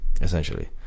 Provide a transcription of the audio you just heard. essentially